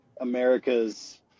America's